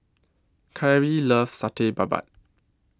Cari loves Satay Babat